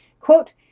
Quote